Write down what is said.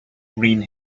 green